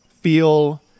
feel